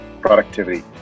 productivity